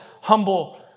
humble